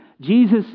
Jesus